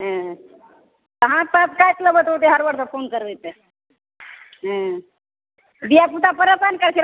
हाथ ताथि काटि लेबै ओते हड़बड़मे फोन करबै हँ धिआ पुता परेशान करै छै राखू